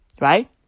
Right